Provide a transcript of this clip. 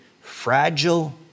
fragile